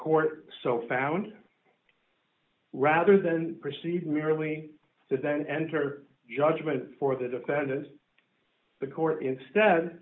court so found rather than proceed merely so then enter judgement for the defendants the core instead